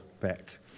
back